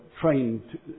trained